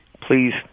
please